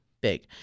Big